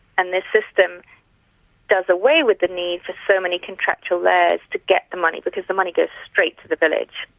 and this system does away with the need for so many contractual layers to get the money, because the money goes straight to the village.